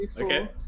Okay